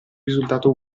risultato